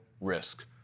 risk